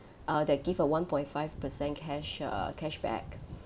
uh that give a one point five percent cash uh cashback